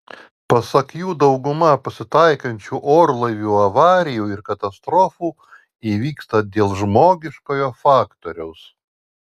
pasak jų dauguma pasitaikančių orlaivių avarijų ir katastrofų įvyksta dėl žmogiškojo faktoriaus